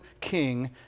king